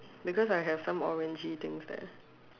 because I have some orangy things there